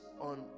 on